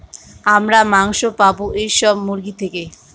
আমরা মাংস পাবো এইসব মুরগি থেকে